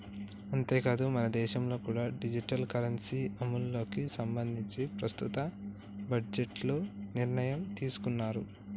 అంతేకాదు మనదేశంలో కూడా డిజిటల్ కరెన్సీ అమలుకి సంబంధించి ప్రస్తుత బడ్జెట్లో నిర్ణయం తీసుకున్నారు